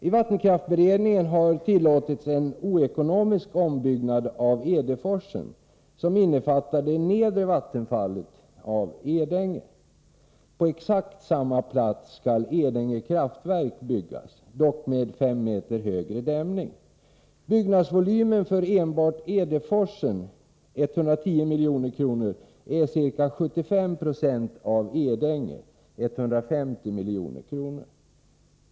I vattenkraftsberedningen har tillåtits en oekonomisk ombyggnad av Edeforsen, som innefattar det nedre vattenfallet av Edänge. På exakt samma plats skall Edänge kraftverk byggas, dock med 5 meter högre dämning. Byggnadsvolymen för enbart Edeforsen, 110 milj.kr., är ca 75 90 av Edänge, 150 milj.kr.